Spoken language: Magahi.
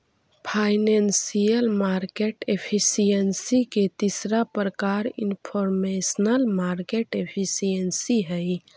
फाइनेंशियल मार्केट एफिशिएंसी के तीसरा प्रकार इनफॉरमेशनल मार्केट एफिशिएंसी हइ